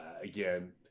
again